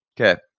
Okay